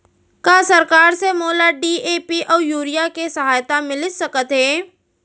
का सरकार से मोला डी.ए.पी अऊ यूरिया के सहायता मिलिस सकत हे?